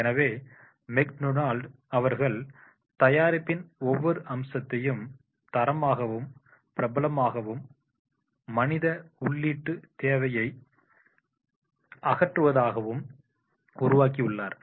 எனவே McDonald McDonald's அவர்கள் தயாரிப்பின் ஒவ்வொரு அம்சத்தையும் தரமாகவும் பிரபலமாகவும் மனித உள்ளிட்டு தேவையை அகற்றுவதற்காகவும் உருவாக்கியுள்ளார்